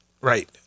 right